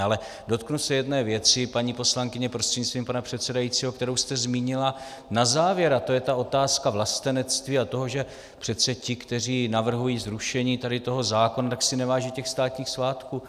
Ale dotknu se jedné věci, paní poslankyně prostřednictvím pana předsedajícího, kterou jste zmínila na závěr, a to je ta otázka vlastenectví a toho, že přece ti, kteří navrhují zrušení tady toho zákona, si neváží těch státních svátků.